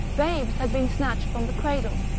babes had been snatched from the cradle,